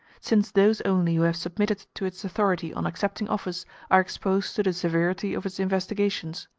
since those only who have submitted to its authority on accepting office are exposed to the severity of its investigations.